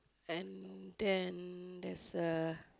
and then there's a